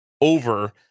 over